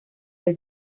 del